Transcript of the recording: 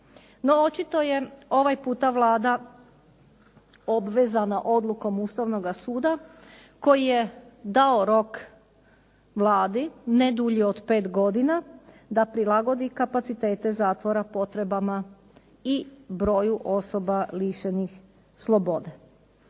No, očito je ovaj puta Vlada obvezana odlukom Ustavnoga suda koji je dao rok Vladi ne dulji od 5 godina da prilagodi kapacitete zatvora potrebama i broju osoba lišenih slobode.